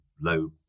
low